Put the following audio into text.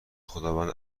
خداوند